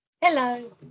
Hello